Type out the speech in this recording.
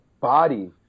body